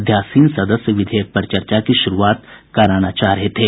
अध्यासीन सदस्य विधेयक पर चर्चा की शुरूआत कराना चाह रहे थे